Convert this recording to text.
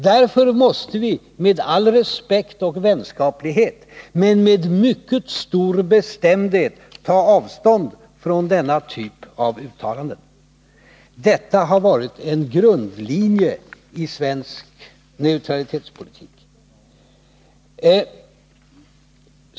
Därför måste vi med all respekt och vänskaplighet, men med mycket stor bestämdhet, ta avstånd från denna typ av uttalanden. Detta har varit en grundlinje i svensk neutralitetspolitik.